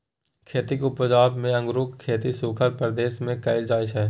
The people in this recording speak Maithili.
खेतीक उपजा मे अंगुरक खेती सुखल प्रदेश मे कएल जाइ छै